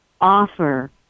offer